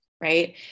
right